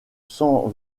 sans